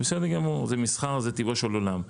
זה בסדר גמור, זה מסחר, זה טבעו של עולם.